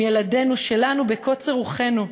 עם ילדינו שלנו בקוצר רוחנו,